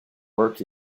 work